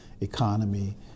economy